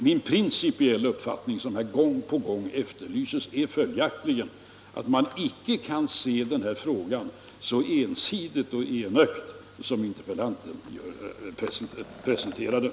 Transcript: Min principiella uppfattning, som här gång på gång efterlyses, är följaktligen att man icke kan se den här frågan så ensidigt och enögt som interpellanten presenterar den.